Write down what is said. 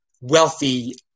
wealthy